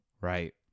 Right